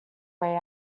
way